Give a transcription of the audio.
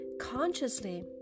consciously